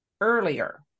earlier